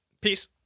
Peace